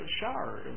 shower